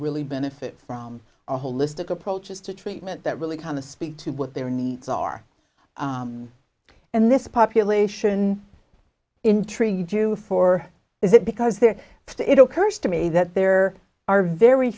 really benefit from a holistic approach is to treatment that really kind of speak to what their needs are and this population intrigued you for is it because there it occurs to me that there are very